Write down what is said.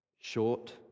short